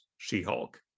she-hulk